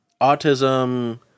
Autism